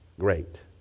great